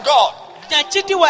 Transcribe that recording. God